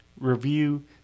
review